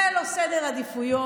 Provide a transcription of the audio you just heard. זה לא סדר עדיפויות.